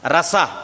Rasa